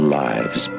lives